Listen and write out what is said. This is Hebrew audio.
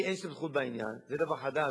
שלי אין סמכות בעניין, זה דבר חדש,